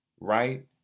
right